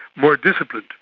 more disciplined,